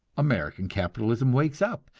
american capitalism wakes up,